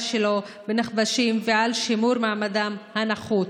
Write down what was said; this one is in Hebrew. שלו בנכבשים ועל שימור מעמדם הנחות".